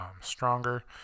stronger